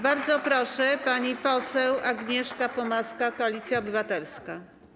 Bardzo proszę, pani poseł Agnieszka Pomaska, Koalicja Obywatelska.